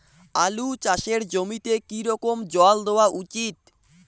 আলু চাষের জমিতে কি রকম জল দেওয়া উচিৎ?